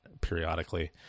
periodically